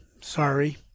Sorry